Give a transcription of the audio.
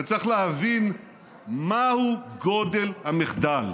וצריך להבין מהו גודל המחדל,